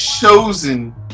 chosen